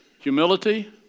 humility